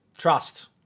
Trust